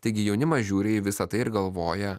taigi jaunimas žiūri į visa tai ir galvoja